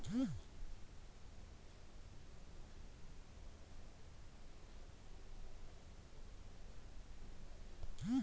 ಮಹಿಳಾ ಸ್ವಸಹಾಯ ಗುಂಪುಗಳು ಬ್ಯಾಂಕ್ ಅಕೌಂಟ್ ಜಂಟಿಯಾಗಿ ತೆರೆಯಬೇಕು